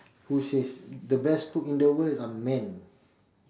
who says the best cook in the world are men